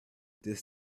this